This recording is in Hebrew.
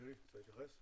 מירי, את רוצה להתייחס?